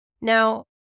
Now